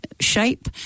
shape